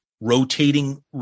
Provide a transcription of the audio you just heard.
rotating